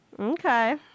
Okay